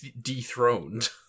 dethroned